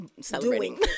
celebrating